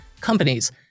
companies